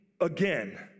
again